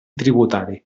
tributari